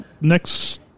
next